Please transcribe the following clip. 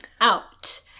out